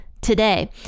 today